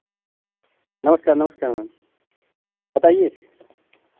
नमस्कार नमस्कार मैम बताइए